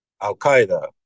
Al-Qaeda